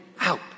out